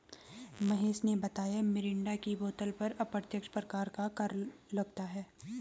महेश ने बताया मिरिंडा की बोतल पर अप्रत्यक्ष प्रकार का कर लगता है